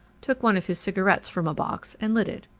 took one of his cigarettes from a box and lit it.